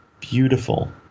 beautiful